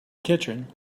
kitchen